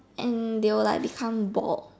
and they will like become bald